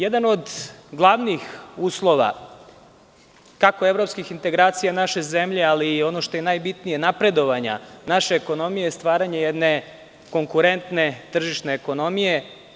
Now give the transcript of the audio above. Jedan od glavnih uslova kako evropskih integracija naše zemlje ali i ono što je najbitnije napredovanja naše ekonomije je stvaranje jedne konkurentne, tržišne ekonomije.